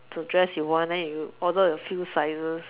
the dress you want then you order a few sizes